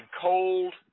cold